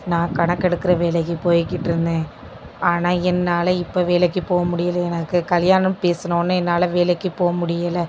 நான் கணக்கெடுக்கற வேலைக்கு போயிக்கிட்டிருந்தேன் ஆனால் என்னால் இப்போ வேலைக்கு போக முடியல எனக்கு கல்யாணம் பேசுனொடனே என்னால் வேலைக்கு போக முடியல